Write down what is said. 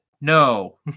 no